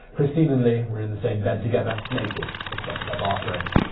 christine and lea were in the same bed together, naked except for their bathrobes.